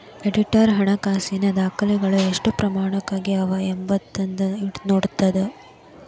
auditor ಹಣಕಾಸಿನ ದಾಖಲೆಗಳು ಎಷ್ಟು ಪ್ರಾಮಾಣಿಕವಾಗಿ ಅವ ಎಂಬೊದನ್ನ ನೋಡ್ತದ